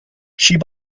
she